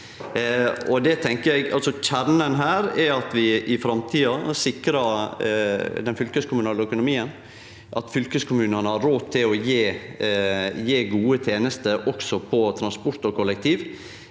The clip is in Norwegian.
Kjernen her er at vi i framtida sikrar den fylkeskommunale økonomien. At fylkeskommunane har råd til å gje gode tenester også på transport og kollektiv,